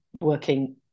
working